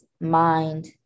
mind